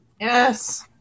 Yes